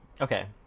okay